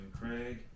Craig